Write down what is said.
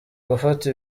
gufata